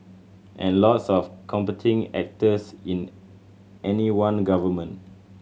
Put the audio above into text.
and lots of competing actors in any one government